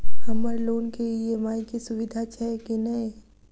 हम्मर लोन केँ ई.एम.आई केँ सुविधा छैय की नै?